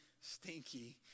stinky